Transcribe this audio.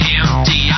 empty